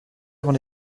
avant